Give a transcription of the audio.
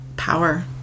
power